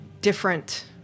different